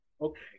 Okay